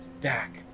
back